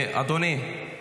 אדוני,